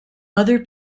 other